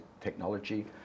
technology